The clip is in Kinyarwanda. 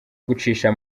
gucisha